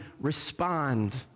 respond